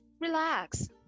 relax